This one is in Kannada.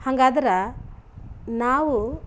ಹಂಗಾದ್ರೆ ನಾವು